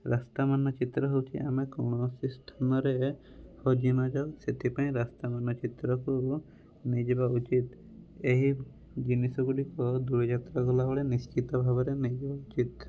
ରାସ୍ତା ମାନଚିତ୍ର ହେଉଛି ଆମେ କୌଣସି ସ୍ଥାନରେ ହଜି ନଯାଉ ସେଥିପାଇଁ ରାସ୍ତା ମାନଚିତ୍ରକୁ ନେଇଯିବା ଉଚିତ୍ ଏହି ଜିନିଷ ଗୁଡ଼ିକ ଦୂରଯାତ୍ରା ଗଲାବେଳେ ନିଶ୍ଚିତ ଭାବରେ ନେଇଯିବା ଉଚିତ୍